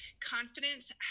confidence